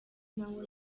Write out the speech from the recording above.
naho